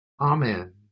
Amen